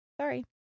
Sorry